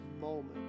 moment